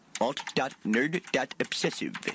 Alt.nerd.obsessive